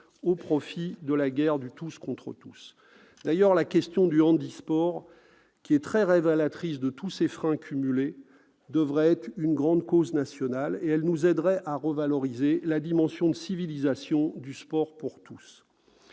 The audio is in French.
au profit la guerre de tous contre tous. D'ailleurs, la question du handisport, qui est très révélatrice de tous ces freins cumulés, devait être une grande cause nationale. Cela nous aiderait à revaloriser la dimension de civilisation du sport pour tous.